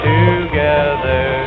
together